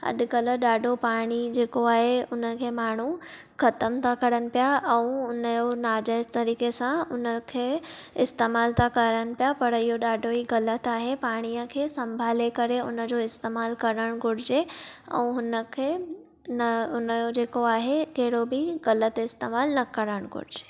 अॼुकल्ह ॾाढो पाणी जेको आहे उनखे माण्हू ख़तमु था करनि पिया ऐं उन जो नाजाइज़ तरीके सां उनखे इस्तेमाल था करनि पिया पर इहो ॾाढो ई ग़लति आहे पाणीअ खे सम्भाले करे उन जो इस्तेमालु करणु घुरिजे ऐं उनखे न उनजो जेको आहे कहिड़ो बि ग़लति इस्तेमालु न करणु घुरिजे